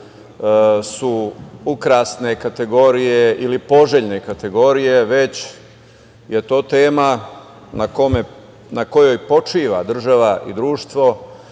su ukrasne kategorije ili poželjne kategorije, već je to tema na kojoj počiva država i društvo,